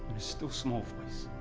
still, small voice.